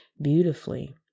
beautifully